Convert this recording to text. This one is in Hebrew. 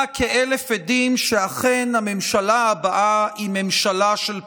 כאלף עדים שאכן הממשלה הבאה היא ממשלה של פחדנים.